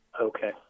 okay